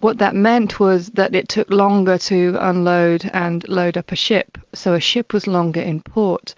what that meant was that it took longer to unload and load up a ship. so a ship was longer in port.